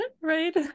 Right